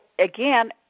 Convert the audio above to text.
again